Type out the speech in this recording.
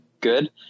good